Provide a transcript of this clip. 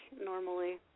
normally